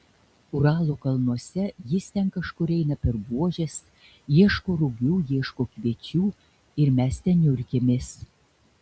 uralo kalnuose jis ten kažkur eina per buožes ieško rugių ieško kviečių ir mes ten niurkėmės